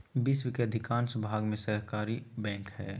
विश्व के अधिकांश भाग में सहकारी बैंक हइ